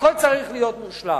הכול צריך להיות מושלם.